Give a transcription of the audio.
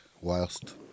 whilst